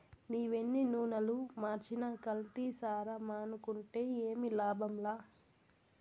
నీవెన్ని నూనలు మార్చినా కల్తీసారా మానుకుంటే ఏమి లాభంలా